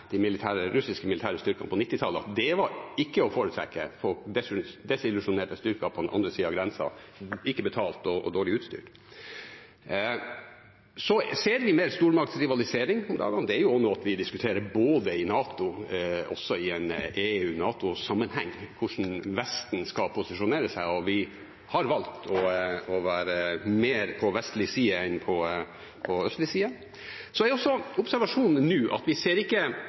de russiske militære styrkene på 1990-tallet at det ikke var å foretrekke – å ha desillusjonerte styrker på den andre siden av grensen, ikke betalt og dårlig utstyrt. Så ser vi mer stormaktrivalisering om dagen. Det er jo noe vi diskuterer både i NATO og også i en EU/NATO-sammenheng, hvordan Vesten skal posisjonere seg, og vi har valgt å være mer på vestlig side enn på østlig side. Så er også observasjonen nå at vi ikke ser